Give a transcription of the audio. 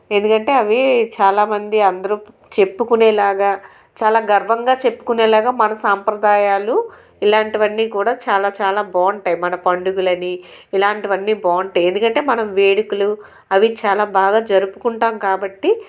ఎందుకంటే అవి చాలామంది అందరూ చెప్పుకునేలాగా చాలా గర్వంగా చెప్పుకునేలాగా మన సంప్రదాయాలు ఇలాంటివన్నీ కూడా చాలా చాలా బాగుంటాయి మన పండుగలని ఇలాంటివన్నీ బాగుంటాయి ఎందుకంటే మనం వేడుకలు అవి చాలా బాగా జరుపుకుంటాం కాబట్టి